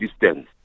distance